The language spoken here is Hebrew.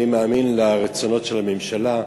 אני מאמין לרצונות של הממשלה,